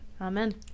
Amen